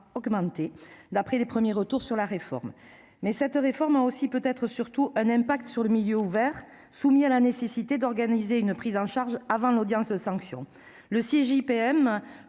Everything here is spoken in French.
augmenté, d'après les premiers retours sur la réforme. Toutefois, cette réforme a aussi et peut-être surtout un impact sur le milieu ouvert, soumis à la nécessité d'organiser une prise en charge avant l'audience de sanction. Le CJPM